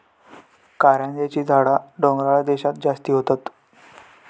करांद्याची झाडा डोंगराळ देशांत जास्ती होतत